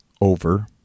Over